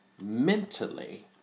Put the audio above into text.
mentally